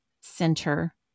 center